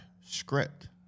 script